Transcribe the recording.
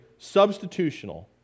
substitutional